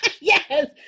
yes